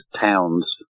towns